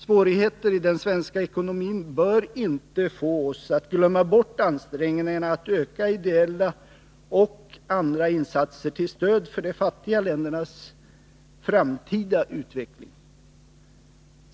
Svårigheter i den svenska ekonomin bör inte få oss att glömma bort ansträngningarna att öka ideella och andra insatser till stöd för de fattiga ländernas framtida utveckling.